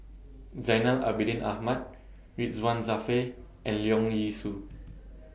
Zainal Abidin Ahmad Ridzwan Dzafir and Leong Yee Soo